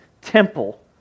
temple